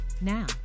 now